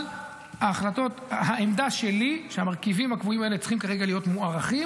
אבל העמדה שלי היא שהמרכיבים הקבועים האלה צריכים כרגע להיות מוארכים,